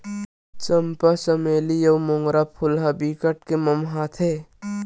चंपा, चमेली अउ मोंगरा फूल ह बिकट के ममहाथे